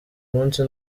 munsi